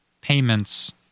payments